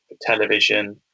television